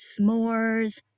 s'mores